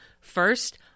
First